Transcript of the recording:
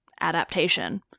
adaptation